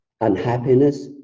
unhappiness